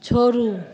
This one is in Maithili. छोड़ू